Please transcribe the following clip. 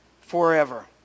forever